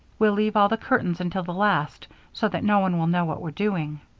we'll leave all the curtains until the last so that no one will know what we're doing.